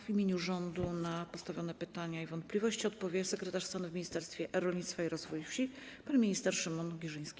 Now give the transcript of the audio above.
W imieniu rządu na postawione pytania i wątpliwości odpowie sekretarz stanu w Ministerstwie Rolnictwa i Rozwoju Wsi pan minister Szymon Giżyński.